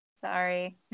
sorry